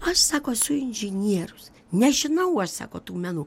aš sako esu inžinierius nežinau aš sako tų menų